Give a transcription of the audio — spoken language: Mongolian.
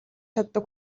чаддаг